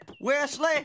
Wesley